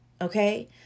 okay